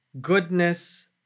goodness